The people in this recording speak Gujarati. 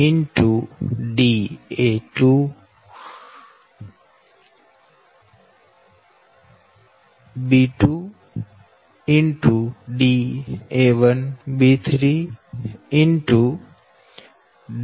1 m da1b2 6